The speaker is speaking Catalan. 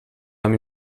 amb